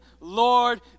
Lord